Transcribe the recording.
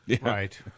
Right